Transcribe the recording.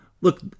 look